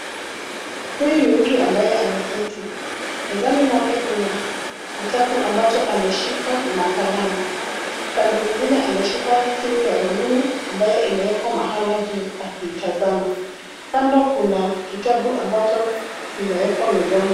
Huyu ni mtu ambaye ameketi. Mezani mwake kuna kitabu ambacho ameshika na kalamu. Upande mwingine ameshika simu ya rununu ambayo imewekwa mahala juu akiitazama. Kando kuna kitabu ambacho kimewekwa mezani.